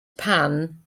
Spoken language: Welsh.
pan